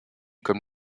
comme